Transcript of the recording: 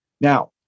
now